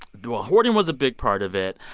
well, hoarding was a big part of it.